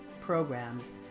programs